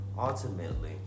ultimately